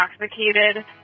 intoxicated